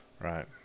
Right